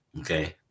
Okay